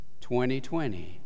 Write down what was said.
2020